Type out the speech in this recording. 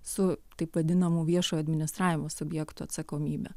su taip vadinamų viešo administravimo subjektų atsakomybe